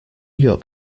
york